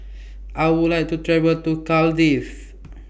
I Would like to travel to Cardiff